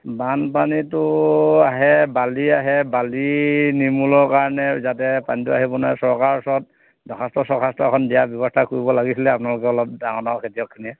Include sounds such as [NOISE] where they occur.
বানপানীটো আহে বালি আহে বালি নিমূলৰ কাৰণে যাতে পানীটো আহিব [UNINTELLIGIBLE] চৰকাৰৰ ওচৰত দৰ্খাষ্ট চখাস্ত এখন দিয়াৰ ব্যৱস্থা কৰিব লাগিছিলে আপোনালোকে অলপ ডাঙৰ ডাঙৰ খেতিয়কখিনিয়ে